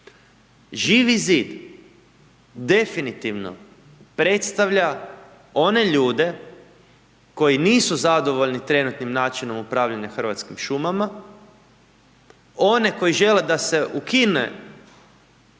Živi zid definitivno predstavlja one ljude koji nisu zadovoljni trenutnim načinom upravljanja Hrvatskim šumama, one koji žele da se ukine